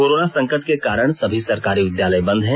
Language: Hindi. कोरोना संकट के कारण सभी सरकारी विद्यालय बंद हैं